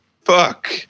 Fuck